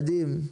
מדהים,